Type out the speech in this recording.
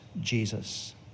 Jesus